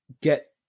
get